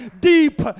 deep